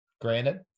granted